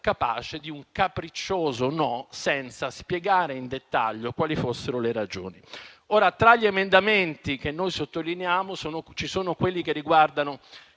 capace di un capriccioso no, senza spiegarne in dettaglio le ragioni. Ora, tra gli emendamenti che sottolineiamo, ci sono quelli che riguardano